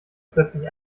plötzlich